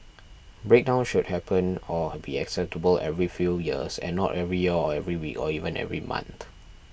breakdowns should happen or be acceptable every few years and not every year or every week or even every month